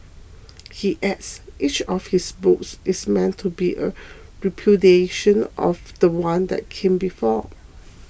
he adds each of his books is meant to be a repudiation of the one that came before